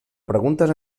preguntes